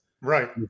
Right